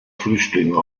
flüchtlinge